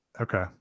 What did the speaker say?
Okay